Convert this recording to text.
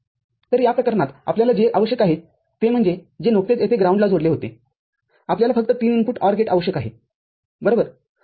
तर या प्रकरणात आपल्याला जे आवश्यक आहे ते म्हणजे जे नुकतेच येथे ग्राउंडला जोडले होतेआपल्याला फक्त तीन इनपुट OR गेट आवश्यक आहे बरोबर